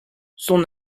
son